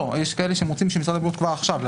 לא, יש כאלה שהם רוצים, שמשרד הבריאות כבר עכשיו.